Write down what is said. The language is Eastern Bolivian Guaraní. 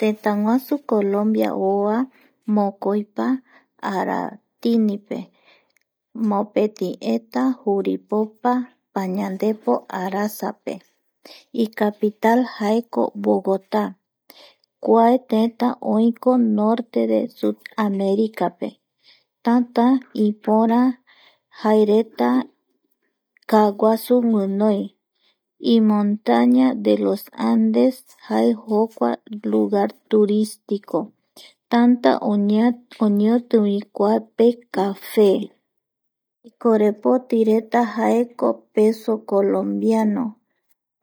Tëtäguasu Colombia oa mokoipa aratinipe, mopeti eta juripopa pañandepo arasape, icapital jaeko Bogata kua tëtä oiko norte de sud américape tátá ipöra jaereta kaaguasu guinoi imontaña de los Andes jae jokua lugar turístico tanta oñeotivi kuae pe café ikorepotireta jaeko peso colombiano.